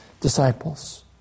disciples